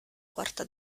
quarta